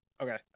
Okay